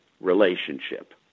relationship